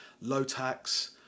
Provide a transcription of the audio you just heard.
low-tax